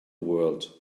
world